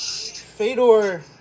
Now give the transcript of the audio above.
Fedor